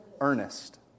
earnest